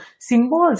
symbols